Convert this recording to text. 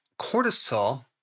cortisol